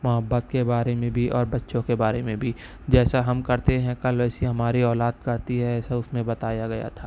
محبت کے بارے میں بھی اور بچوں کے بارے میں بھی جیسا ہم کرتے ہیں کل ویسے ہماری اولاد کرتی ہے ایسا اس میں بتایا گیا تھا